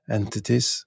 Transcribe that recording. entities